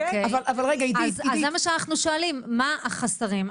אז זה מה שאנחנו שואלים, מה החוסרים?